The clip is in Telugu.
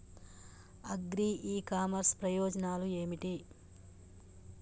అగ్రి ఇ కామర్స్ ప్రయోజనాలు ఏమిటి?